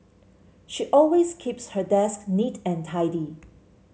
she always keeps her desk neat and tidy